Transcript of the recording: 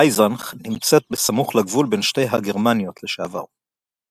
אייזנך נמצאת בסמוך לגבול בין שתי הגרמניות לשעבר.